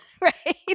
right